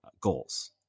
goals